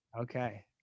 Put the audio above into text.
Okay